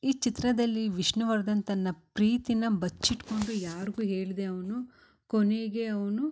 ಈ ಚಿತ್ರದಲ್ಲಿ ವಿಷ್ಣುವರ್ಧನ್ ತನ್ನ ಪ್ರೀತಿನ ಬಚ್ಚಿಟ್ಕೊಂಡು ಯಾರಿಗೂ ಹೇಳದೇ ಅವನು ಕೊನೆಗೆ ಅವನು